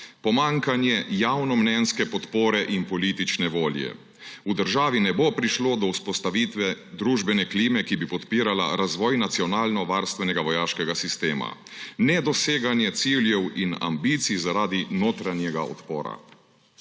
»Pomanjkanje javnomnenjske podpore in politične volje. V državi ne bo prišlo do vzpostavitve družbene klime, ki bi podpirala razvoj nacionalno-varstvenega vojaškega sistema. Nedoseganje ciljev in ambicij zaradi notranjega odpora.«